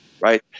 right